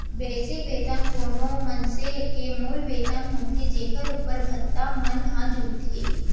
basic वेतन ह कोनो मनसे के मूल वेतन होथे जेखर उप्पर भत्ता मन ह जुड़थे